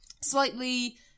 Slightly